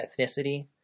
ethnicity